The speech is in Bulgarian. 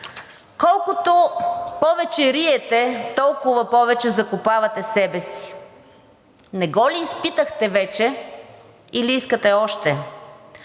Колкото повече риете, толкова повече закопавате себе си. Не го ли изпитахте вече или искате още?